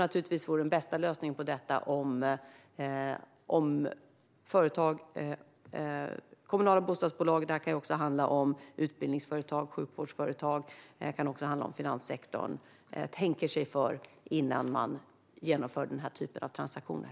Naturligtvis vore den bästa lösningen på detta om kommunala bostadsbolag - det kan också handla om utbildningsföretag, sjukvårdsföretag och finanssektorn - tänker sig för innan man genomför den här typen av transaktioner.